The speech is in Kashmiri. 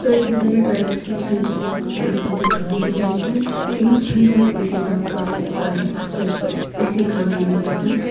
تُہۍ تھٲیٚزیٚو نہٕ ڈریور سٕنٛد کھیٚن چیٚنُک رٔٹۍ زیٚو نہٕ تُہۍ کِٕہینۍ تہِ ٹینشن تِہنٛد کھٮ۪ن چھٮ۪نُک اِنتِظام کَرو أسۍ واریاہ اَصٕل پٲٹھۍ أسی کَرو یِمن دۄہَن